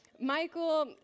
Michael